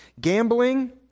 gambling